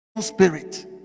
spirit